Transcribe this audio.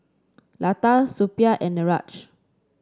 Lata Suppiah and Niraj